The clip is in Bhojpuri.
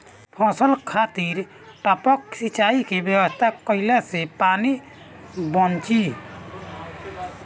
फसल खातिर टपक सिंचाई के व्यवस्था कइले से पानी बंची